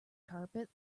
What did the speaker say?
carpet